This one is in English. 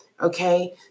okay